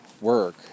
work